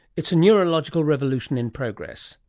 it's a neurological revolution in progress.